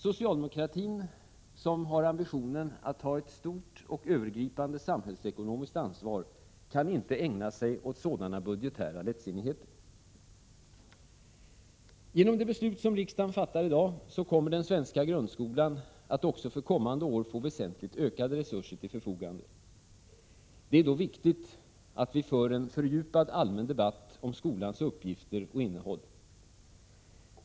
Socialdemokratin som har ambitionen att ha ett stort och övergripande samhällsekonomiskt ansvar kan inte ägna sig åt sådana budgetära lättsinnigheter. Genom det beslut som riksdagen i dag fattar kommer den svenska grundskolan att också för kommande år få väsentligt ökade resurser till förfogande. Det är då viktigt att vi för en fördjupad allmän debatt om skolans uppgifter och innehåll.